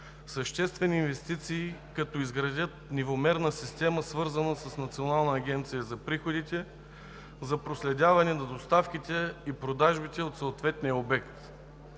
съществени инвестиции, като изградят нивомерна система, свързана с Националната агенция за приходите, за проследяване на доставките и продажбите от съответния обект.